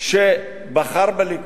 שבחר בליכוד,